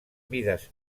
mides